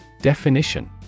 Definition